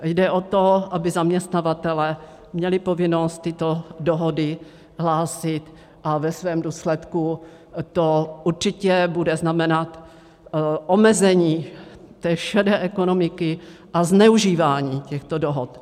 Jde o to, aby zaměstnavatelé měli povinnost tyto dohody hlásit a ve svém důsledku to určitě bude znamenat omezení šedé ekonomiky a zneužívání těchto dohod.